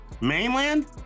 mainland